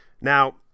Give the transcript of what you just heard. now